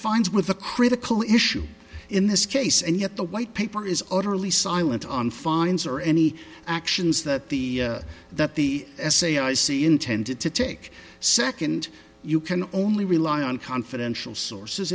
finds with the critical issue in this case and yet the white paper is utterly silent on fines or any actions that the that the s a i c intended to take second you can only rely on confidential sources